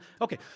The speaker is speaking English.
Okay